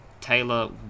Taylor